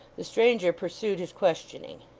the stranger pursued his questioning.